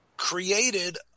Created